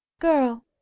Girl